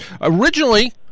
Originally